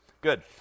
Good